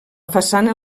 façana